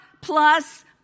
plus